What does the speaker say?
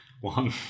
One